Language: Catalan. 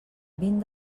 vint